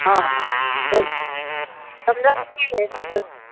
हय तेंच समजावन